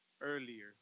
earlier